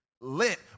lit